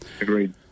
Agreed